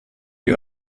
die